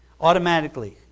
automatically